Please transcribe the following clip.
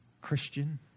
Christian